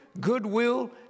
goodwill